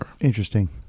Interesting